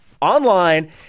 online